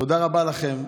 תודה רבה לכם.